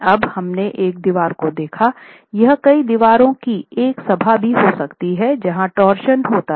अब हमने एक दीवार को देखा यह कई दीवारों की एक सभा भी हो सकती है जहाँ टॉरशन होता है